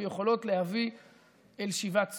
שיכולים להביא אל שיבת ציון.